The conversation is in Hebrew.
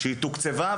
שתוקצבה,